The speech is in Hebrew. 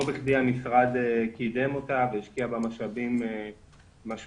לא בכדי המשרד קידם אותה והשקיע בה משאבים משמעותיים.